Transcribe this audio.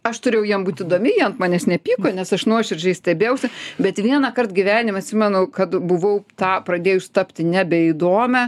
aš turėjau jiem būti įdomi jie ant manęs nepyko nes aš nuoširdžiai stebėjausi bet vienąkart gyvenime atsimenu kad buvau tą pradėjus tapti nebeįdomia